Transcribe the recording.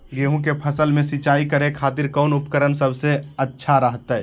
गेहूं के फसल में सिंचाई करे खातिर कौन उपकरण सबसे अच्छा रहतय?